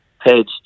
page